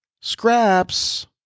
Scraps